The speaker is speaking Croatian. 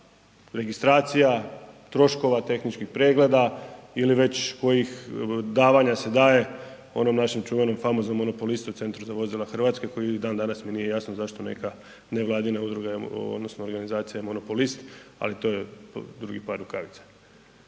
registracija, troškova, tehničkih pregleda ili već kojih davanja se daje onom našem čuvenom, famoznom monopolistu Centru za vozila Hrvatske koji i dan danas mi nije jasno zašto neka nevladina udruga odnosno organizacija je monopolist, ali to je drugi par rukavica.